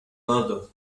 another